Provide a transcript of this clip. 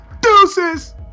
Deuces